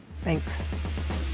Thanks